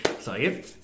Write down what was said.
Sorry